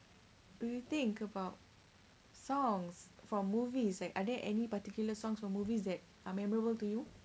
do you think about songs for movies like are there any particular songs or movies that are memorable to you